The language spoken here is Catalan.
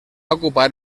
ocupar